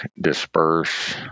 disperse